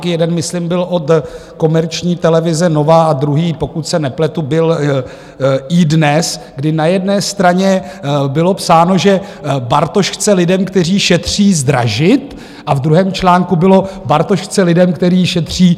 Jeden, myslím, byl od komerční televize Nova a druhý, pokud se nepletu, byl od iDNES, kdy na jedné straně bylo psáno, že Bartoš chce lidem, kteří šetří, zdražit, a v druhém článku bylo, že Bartoš chce lidem, kteří šetří, pomoci.